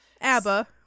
ABBA